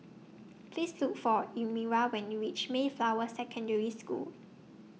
Please Look For Elmyra when YOU REACH Mayflower Secondary School